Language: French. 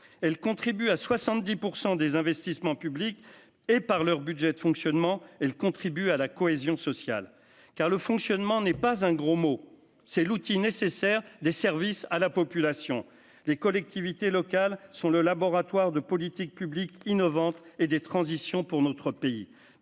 elle contribue à 70 % des investissements publics et par leur budget de fonctionnement, elle contribue à la cohésion sociale, car le fonctionnement n'est pas un gros mot, c'est l'outil nécessaire des services à la population. Les collectivités locales sont le laboratoire de politique publique innovantes et des transitions pour notre pays,